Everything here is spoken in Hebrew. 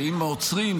ואם עוצרים,